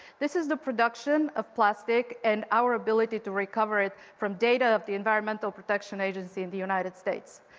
this is the production of plastic and our ability to recover it from data of the environmental protection agency in the united states.